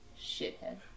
Shithead